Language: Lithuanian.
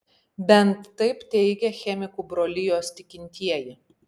bent taip teigia chemikų brolijos tikintieji